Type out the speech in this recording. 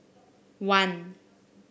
one